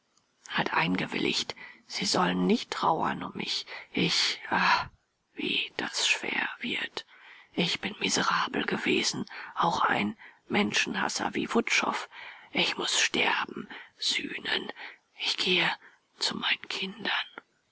hat eingewilligt sie sollen nicht trauern um mich ich ach wie das schwer wird ich bin miserabel gewesen auch ein menschenhasser wie wutschow ich muß sterben sühnen ich gehe zu meinen kindern